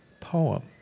poem